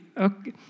okay